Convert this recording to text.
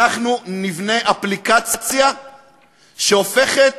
אנחנו נבנה אפליקציה שהופכת